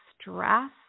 stress